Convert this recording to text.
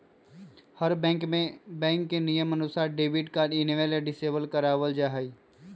हर bank में bank के नियम के अनुसार डेबिट कार्ड इनेबल या डिसेबल करवा वल जाहई